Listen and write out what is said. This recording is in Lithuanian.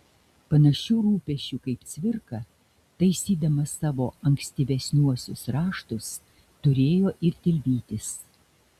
panašių rūpesčių kaip cvirka taisydamas savo ankstyvesniuosius raštus turėjo ir tilvytis